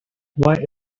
why